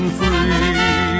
free